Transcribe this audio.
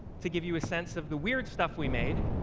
to give you a sense of the weird stuff we made,